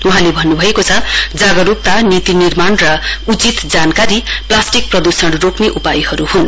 वहाँले भन्नुभएको छ जागरुकता नीति निमार्ण र उचित जानकारी प्लास्टिक प्रदूषण रोक्ने उपायहरु हुन्